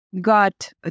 got